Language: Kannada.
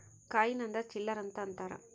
ಕಾಯಿನ್ ಅಂದ್ರ ಚಿಲ್ಲರ್ ಅಂತ ಅಂತಾರ